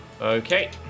okay